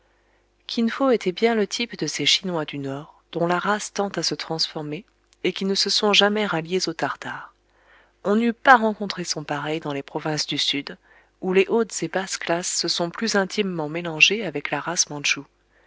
kin fo était bien le type de ces chinois du nord dont la race tend à se transformer et qui ne se sont jamais ralliés aux tartares on n'eût pas rencontré son pareil dans les provinces du sud où les hautes et basses classes se sont plus intimement mélangées avec la race mantchoue